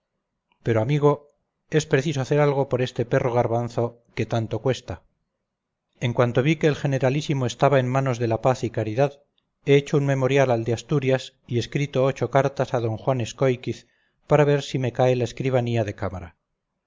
pero amigo es preciso hacer algo por este perro garbanzo que tanto cuesta en cuanto vi que el generalísimo estaba ya en manos de la paz y caridad he hecho un memorial al de asturias y escrito ocho cartas a d juan escóiquiz para ver si me cae la escribanía de cámara